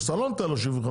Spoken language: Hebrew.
אז אתה לא נותן לו 75%,